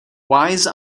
wise